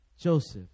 Joseph